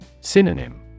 Synonym